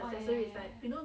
orh ya ya ya ya